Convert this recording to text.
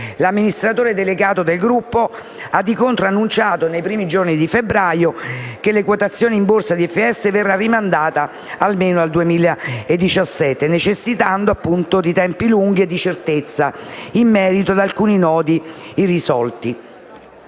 L'amministratore delegato del gruppo ha di contro annunciato nei primi giorni di febbraio che la quotazione in Borsa di FS verrà rimandata almeno al 2017, necessitando di tempi lunghi e di certezza in merito ad alcuni nodi irrisolti: